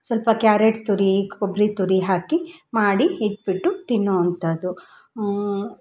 ಸ್ವಲ್ಪ ಕ್ಯಾರೆಟ್ ತುರಿ ಕೊಬ್ಬರಿ ತುರಿ ಹಾಕಿ ಮಾಡಿ ಇಟ್ಟುಬಿಟ್ಟು ತಿನ್ನುವಂಥದ್ದು